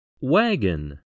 Wagon